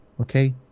Okay